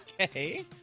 Okay